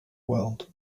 world